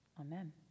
Amen